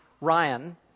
Ryan